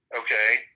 okay